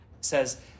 says